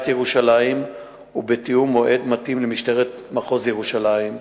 ירושלים ובתיאום מועד מתאים למשטרת מחוז ירושלים,